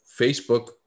Facebook